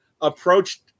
approached